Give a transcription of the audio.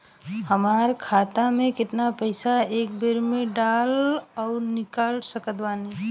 हमार खाता मे केतना पईसा एक बेर मे डाल आऊर निकाल सकत बानी?